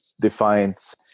defines